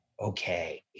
Okay